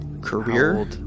career